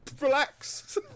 relax